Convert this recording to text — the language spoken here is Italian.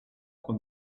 con